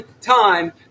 time